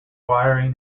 wiring